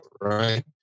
right